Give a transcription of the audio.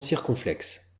circonflexe